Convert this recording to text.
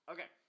Okay